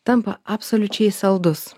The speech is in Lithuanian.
tampa absoliučiai saldus